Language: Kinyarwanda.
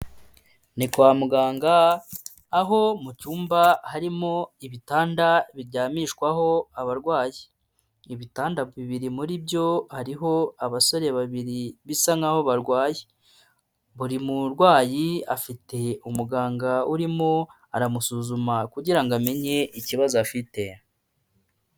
Ni kwa muganga aho mu cyumba harimo ibitanda biryamishwaho abarwayi. Ibitanda bibiri muri byo hariho abasore babiri bisa nk'aho barwaye. Buri murwayi afite umuganga urimo aramusuzuma kugira ngo amenye ikibazo afite.